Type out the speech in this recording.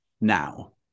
now